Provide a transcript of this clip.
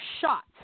shot